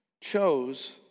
chose